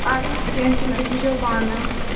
اَدٕ حظ کینٛہہ چھُنہٕ أسۍ وٕچھو پانَے